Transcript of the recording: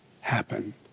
happen